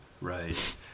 Right